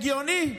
הגיוני?